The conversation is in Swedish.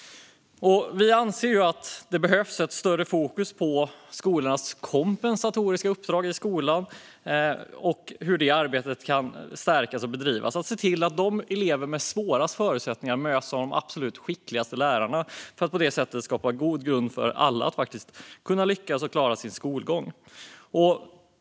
Vi anser att det behövs ett större fokus på skolornas kompensatoriska uppdrag och på hur det arbetet ska bedrivas och stärkas. De elever som har de svåraste förutsättningarna ska mötas av de absolut skickligaste lärarna. På det sättet skapas god grund för alla att lyckas och klara sin skolgång.